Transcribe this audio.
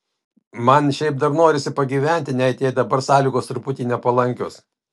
man šiaip dar norisi pagyventi net jei dabar sąlygos truputį nepalankios